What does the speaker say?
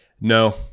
No